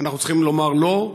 אנחנו צריכים לומר לו,